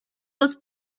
was